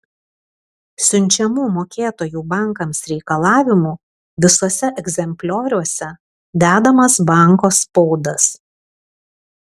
siunčiamų mokėtojų bankams reikalavimų visuose egzemplioriuose dedamas banko spaudas